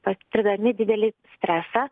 patirdami didelį stresą